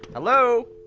hello?